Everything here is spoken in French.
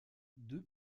deux